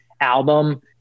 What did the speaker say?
album